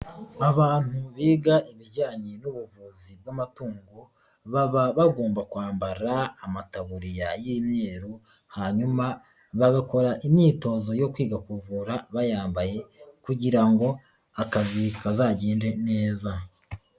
Abantu biga ibijyanye n'ubuvuzi bw'amatungo, baba bagomba kwambara amataburiya y'imyeru hanyuma bagakora imyitozo yo kwiga kuvura bayambaye kugira ngo akazi kazagende neza.